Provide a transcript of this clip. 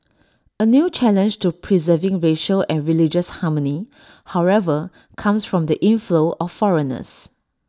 A new challenge to preserving racial and religious harmony however comes from the inflow of foreigners